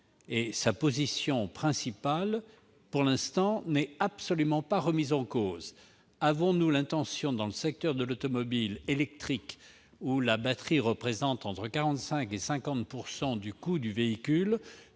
une position centrale, qui n'est absolument pas remise en cause. Avons-nous l'intention, dans le secteur de l'automobile électrique, où la batterie représente de 45 % à 50 % du coût du véhicule,